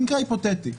מקרה היפותטי,